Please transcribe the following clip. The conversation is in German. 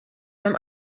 beim